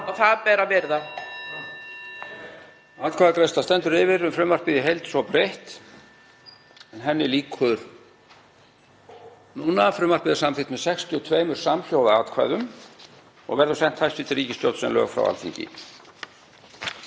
og það ber að virða.